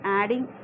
adding